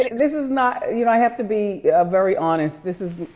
and this is not, you know i have to be very honest, this is,